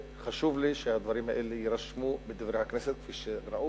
חשוב לי שהדברים האלה יירשמו ב"דברי הכנסת" כפי שראוי.